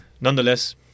Nonetheless